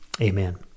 Amen